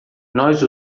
nós